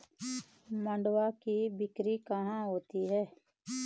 मंडुआ की बिक्री कहाँ होती है?